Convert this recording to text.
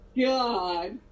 god